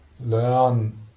learn